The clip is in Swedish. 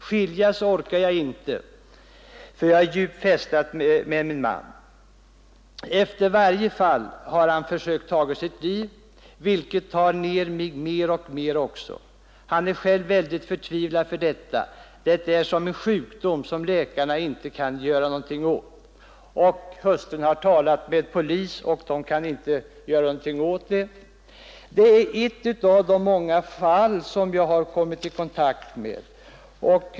Skiljas orkar jag inte för vi är så djupt fästade vid varandra. Efter varje ”fall” har han försökt ta sitt liv, vilket tar ner mig mer och mer också. Han är själv väldigt förtvivlad för detta, det är som en sjukdom men läkare kan inget göra. Han har talat med polis och andra om saken men ingen kan göra något.” Detta är ett av de många fall som jag har kommit i kontakt med.